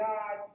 God